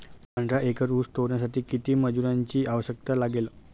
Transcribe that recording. पंधरा एकर ऊस तोडण्यासाठी किती मजुरांची आवश्यकता लागेल?